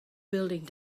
building